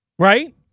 Right